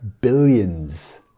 billions